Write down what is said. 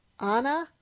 Anna